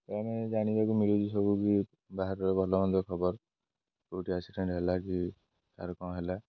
ତ ଆମେ ଜାଣିବାକୁ ମିଳୁଛି ସବୁକି ବାହାରର ଭଲ ମନ୍ଦ ଖବର କେଉଁଠି ଆକ୍ସିଡେଣ୍ଟ ହେଲା କି କାହାର କଣ ହେଲା